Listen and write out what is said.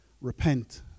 repent